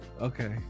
Okay